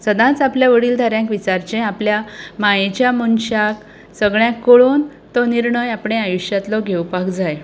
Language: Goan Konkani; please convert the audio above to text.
सदांच आपल्या वडील धाऱ्यांक विचारचें आपल्या मायेच्या मनशाक सगळ्याक कळोवन तो निर्णय आपल्या आयुश्यांतलो घेवपाक जाय